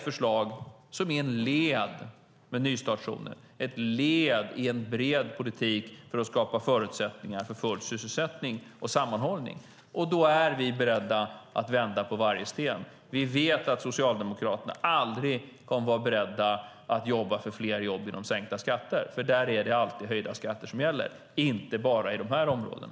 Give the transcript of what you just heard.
Förslaget om nystartszoner är ett led i en bred politik för att skapa förutsättningar för full sysselsättning och sammanhållning. Då är vi beredda att vända på varje sten. Vi vet att Socialdemokraterna aldrig kommer att vara beredda att arbeta för fler jobb genom sänkta skatter, för där är det alltid höjda skatter som gäller - inte bara i de här områdena.